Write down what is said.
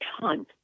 ton